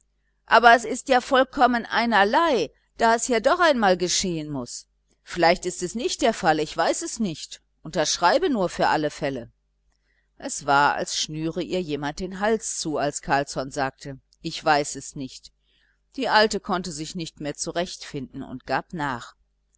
aber es ist ja vollkommen einerlei da es ja doch einmal geschehen muß vielleicht ist es nicht der fall ich weiß es nicht unterschreibe nur für alle fälle es war als schnüre ihr jemand den hals zu als carlsson sagte ich weiß es nicht die alte konnte sich nicht mehr zurechtfinden und gab nach